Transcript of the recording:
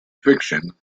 fiction